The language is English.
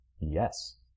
yes